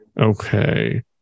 Okay